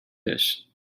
fish